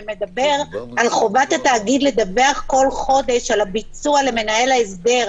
יש פסקה שמדברת על חובת התאגיד לדווח בכל חודש על הביצוע למנהל ההסדר,